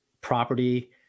property